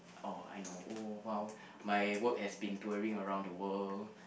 oh I know oh !wow! my work has been touring around the world